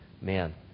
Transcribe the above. Man